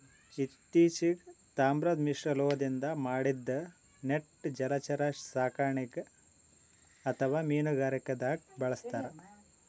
ಇತ್ತಿಚೀಗ್ ತಾಮ್ರದ್ ಮಿಶ್ರಲೋಹದಿಂದ್ ಮಾಡಿದ್ದ್ ನೆಟ್ ಜಲಚರ ಸಾಕಣೆಗ್ ಅಥವಾ ಮೀನುಗಾರಿಕೆದಾಗ್ ಬಳಸ್ತಾರ್